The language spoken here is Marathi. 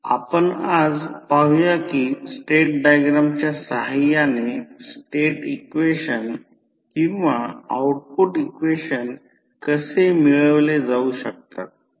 तर आपण आज पाहूया की स्टेट डायग्रामच्या सहाय्याने स्टेट इक्वेशन किंवा आउटपुट इक्वेशन कसे मिळविले जाऊ शकतात